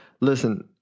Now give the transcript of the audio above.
Listen